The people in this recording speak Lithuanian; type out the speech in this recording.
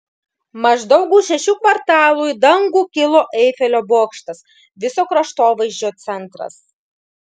maždaug už šešių kvartalų į dangų kilo eifelio bokštas viso kraštovaizdžio centras